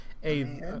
Hey